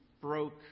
broke